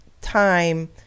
time